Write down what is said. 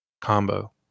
combo